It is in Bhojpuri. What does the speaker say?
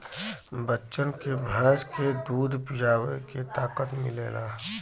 बच्चन के भैंस के दूध पीआवे से ताकत मिलेला